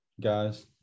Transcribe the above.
guys